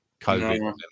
COVID